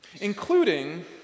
including